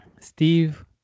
Steve